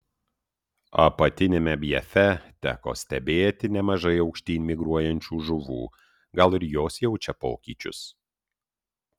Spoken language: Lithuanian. apatiniame bjefe teko stebėti nemažai aukštyn migruojančių žuvų gal ir jos jaučia pokyčius